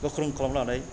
गोख्रों खालामनानै